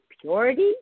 purity